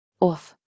Off